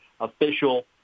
official